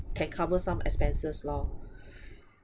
can cover some expenses lor